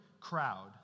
crowd